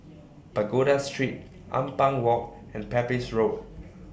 Pagoda Street Ampang Walk and Pepys Road